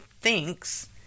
thinks